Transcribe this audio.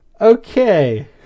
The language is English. Okay